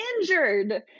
injured